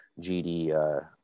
GD